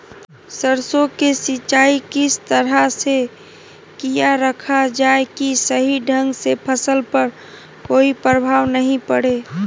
सरसों के सिंचाई किस तरह से किया रखा जाए कि सही ढंग से फसल पर कोई प्रभाव नहीं पड़े?